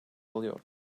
alıyor